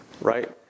right